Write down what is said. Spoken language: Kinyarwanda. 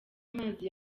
amazi